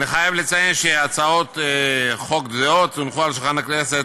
אני חייב לציין שהצעות חוק זהות הונחו על שולחן הכנסת